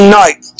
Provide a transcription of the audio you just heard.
night